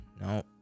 No